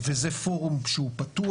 וזה פורום פתוח.